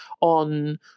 on